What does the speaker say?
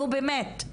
נו באמת,